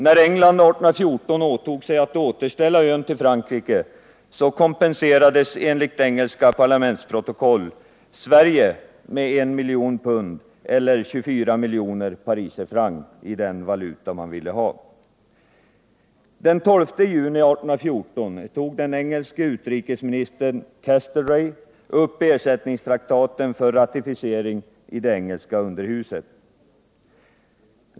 När England 1814 åtog sig att återställa ön till Frankrike kompenserades enligt engelska parlamentsprotokoll Sverige med 1 miljon pund eller 24 miljoner pariserfrancs, i den valuta man ville ha. Den 12 juni 1814 tog den engelske utrikesministern Castlereagh upp ersättningstraktaten för ratificering i det engelska underhuset.